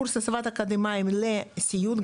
קורס הסבת אקדמאיים לסיעוד,